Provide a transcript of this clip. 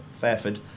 Fairford